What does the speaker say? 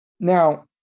Now